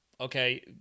okay